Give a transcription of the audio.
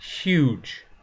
huge